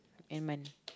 end month